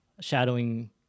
shadowing